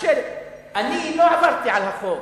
אני לא עברתי על החוק.